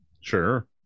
Sure